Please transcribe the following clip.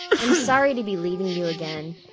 i'm sorry to be leaving you again,